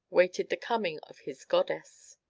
waited the coming of his goddess.